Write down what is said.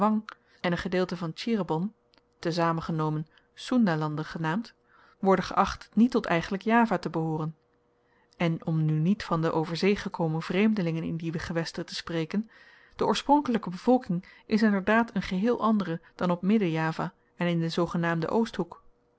en een gedeelte van cheribon tezamen genomen soendahlanden genaamd worden geacht niet tot eigenlyk java te behooren en om nu niet van de over zee gekomen vreemdelingen in die gewesten te spreken de oorspronkelyke bevolking is inderdaad een geheel andere dan op midden-java en in den zoogenaamden